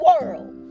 world